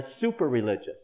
super-religious